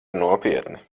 nopietni